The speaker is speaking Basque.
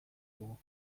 dugu